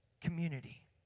community